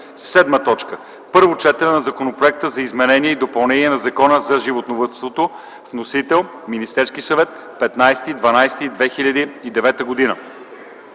„7. Първо четене на Законопроекта за изменение и допълнение на Закона за животновъдството. Вносител: Министерски съвет, 15.12.2009 г.